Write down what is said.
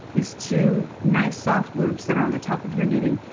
these two nice soft loops that are on the top of your knitting,